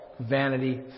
Vanity